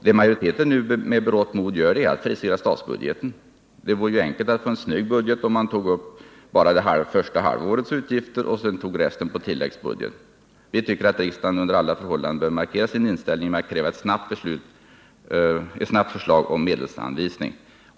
Det majoriteten nu med berått mod gör är att frisera statsbudgeten. Det vore ju enkelt att få en snygg budget, om man tog upp bara det första halvårets utgifter och tog upp resten på tilläggsbudget. Vi tycker att riksdagen under alla förhållanden bör markera sin inställning genom att kräva ett snabbt förslag om medelsanvisning.